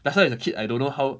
that's why as a kid I don't know how